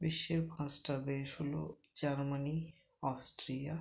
বিশ্বের পাঁচটা দেশ হল জার্মানি অস্ট্রিয়া